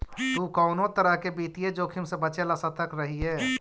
तु कउनो तरह के वित्तीय जोखिम से बचे ला सतर्क रहिये